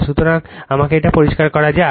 সুতরাং আমাকে এটা পরিষ্কার করা যাক